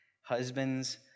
Husbands